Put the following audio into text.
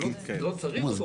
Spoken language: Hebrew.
לא צריך אותו,